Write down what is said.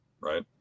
right